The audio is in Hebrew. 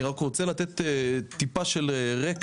אני רק רוצה לתת טיפה של רקע,